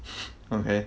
okay